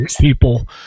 people